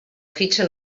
fitxa